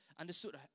understood